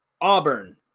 Auburn